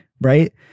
Right